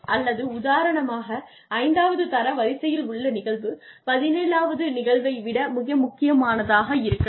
அல்லது உதாரணமாக ஐந்தாவது தரவரிசையில் உள்ள நிகழ்வு 17 வது நிகழ்வை விட மிக முக்கியமானதாக இருக்கலாம்